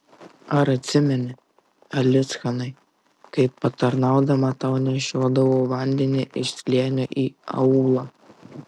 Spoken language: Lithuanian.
ar atsimeni alichanai kaip patarnaudama tau nešiodavau vandenį iš slėnio į aūlą